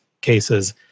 cases